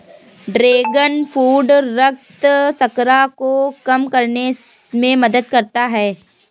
dragon fruit रक्त शर्करा को कम करने में मदद करता है